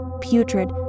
putrid